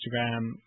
Instagram